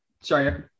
sorry